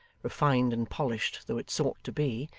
refined and polished though it sought to be,